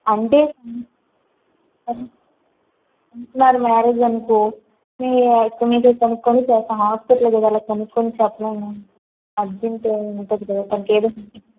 అంటే function marriage అనుకో ఏ ఒక్కరి మీదకో కనుకొని చెప్తాం హాస్పిటల్ కదా అలా కనుకొని చెప్పలేము అర్జెంట్ ఉంటుంది కదా తనకి ఏదైనా